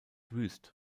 wüst